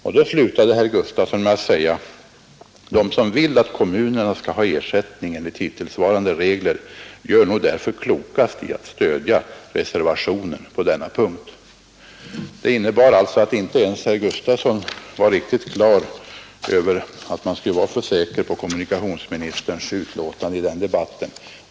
I slutet av ett av sina anföranden sade herr Gustafson: ”Den som vill bevara kommunernas möjligheter att få statsbidrag i enlighet med nu gällande bestämmelser måste, såvitt jag förstår, rösta med reservationen.” Det innebar alltså att inte ens herr Gustafson var riktigt klar över att man skulle vara så säker på kommunikationsministerns utlåtande i den debatten.